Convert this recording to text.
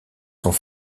sont